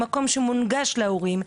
במקום שהוא מונגש להורים,